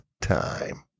time